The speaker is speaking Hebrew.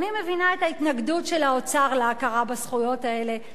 אני מבינה את ההתנגדות של האוצר להכרה בזכויות האלה,